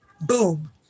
boom